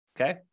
okay